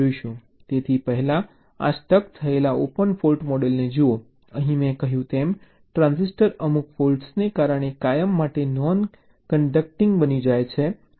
તેથી પહેલા આ સ્ટક થયેલા ઓપન ફોલ્ટ મોડેલને જુઓ અહીં મેં કહ્યું તેમ ટ્રાન્ઝિસ્ટર અમુક ફૉલ્ટ્ને કારણે કાયમ માટે નોન કંડક્ટિંગ બની જાય છે